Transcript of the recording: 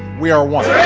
we are one.